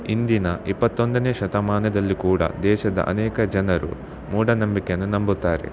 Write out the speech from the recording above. ಇಂದಿನ ಇಪ್ಪತ್ತೊಂದನೇ ಶತಮಾನದಲ್ಲಿ ಕೂಡ ದೇಶದ ಅನೇಕ ಜನರು ಮೂಢನಂಬಿಕೆಯನ್ನು ನಂಬುತ್ತಾರೆ